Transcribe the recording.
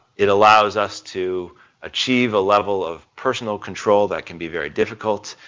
it allows us to achieve a level of personal control that can be very difficult,